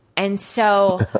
and so,